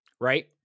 right